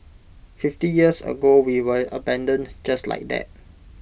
fifty years ago we were abandoned just like that